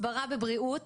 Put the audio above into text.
בבריאות